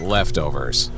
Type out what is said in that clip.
Leftovers